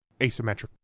asymmetric